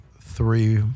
three